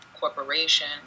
corporation